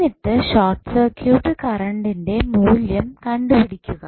എന്നിട്ട് short circuit കറണ്ടിന്റെ മൂല്യം കണ്ടുപിടിക്കുക